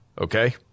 Okay